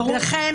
לכן